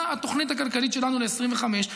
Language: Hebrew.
מה התוכנית הכלכלית שלנו ל-2025,